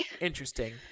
interesting